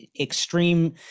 extreme